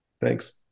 Thanks